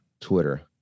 Twitter